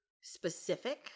specific